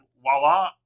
voila